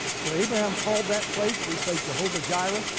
so abraham called that place we say, jehovah jireh,